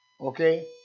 Okay